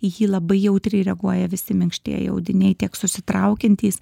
į jį labai jautriai reaguoja visi minkštieji audiniai tiek susitraukiantys